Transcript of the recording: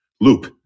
loop